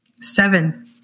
Seven